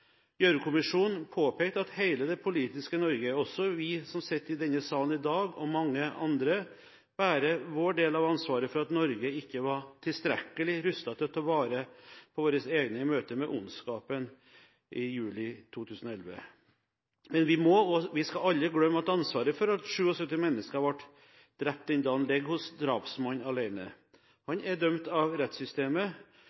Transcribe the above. påpekte at hele det politiske Norge, også vi som sitter i denne salen i dag, og mange andre, bærer vår del av ansvaret for at Norge ikke var tilstrekkelig rustet til å ta vare på våre egne i møtet med ondskapen i juli 2011. Men vi må aldri glemme at ansvaret for at 77 mennesker ble drept den dagen, ligger hos drapsmannen alene. Han